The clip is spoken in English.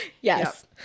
Yes